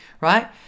right